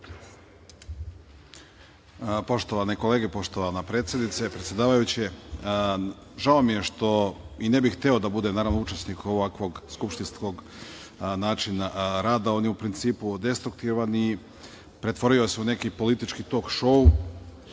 Poštovane kolege, poštovana predsednice, predsedavajuće, žao mi je što i ne bih hteo da budem učesnik ovakvog skupštinskog načina rada. On je u principu destruktivan i pretvorio se u neki politički tolk šou